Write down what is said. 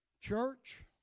church